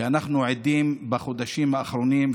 ואנחנו עדים בחודשים האחרונים,